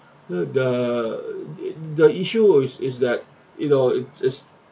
the the the issue was is that it uh it just